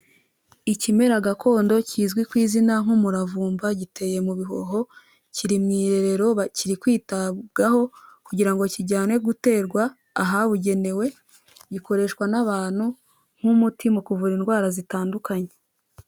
Ikimera gakondo kizwi ku izina nk'umuravumba, giteye mu bihoho kiri mu irerero kiri kwitabwaho kugira ngo kijyanwe guterwa ahabugenewe gikoreshwa n'abantu nk'umuti mu kuvura indwara zitandukanye.